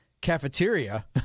cafeteria